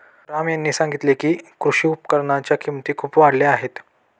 राम यांनी सांगितले की, कृषी उपकरणांच्या किमती खूप वाढल्या आहेत